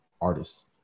artists